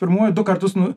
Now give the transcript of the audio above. pirmųjų du kartus nu